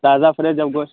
تازہ فریش جب گوشت